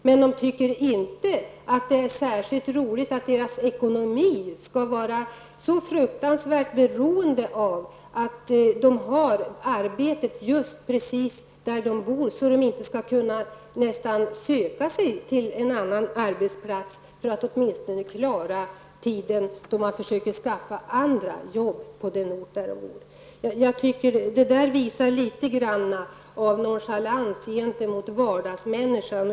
Men de tycker inte att det är särskilt roligt att deras ekonomi skall vara så beroende av att de har ett arbete just på den ort där de bor, så att de inte ens under en övergångsperiod, medan de försöker skaffa sig ett annat jobb på hemorten, kan söka sig till en annan arbetsplats på annan ort. Det visar på litet nonchalans gentemot vardagsmänniskan.